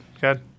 good